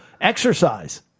Exercise